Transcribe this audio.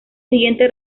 siguiente